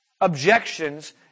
objections